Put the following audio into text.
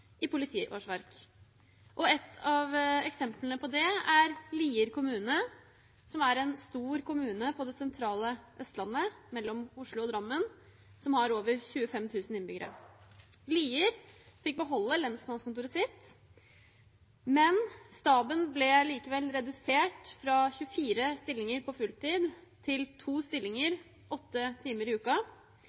i politiårsverk. Et av eksemplene på det er Lier kommune, som er en stor kommune på det sentrale Østlandet, mellom Oslo og Drammen, med over 25 000 innbyggere. Lier fikk beholde lensmannskontoret sitt, men staben ble likevel redusert fra 24 stillinger på fulltid til to stillinger åtte timer i